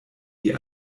die